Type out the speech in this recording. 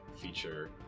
feature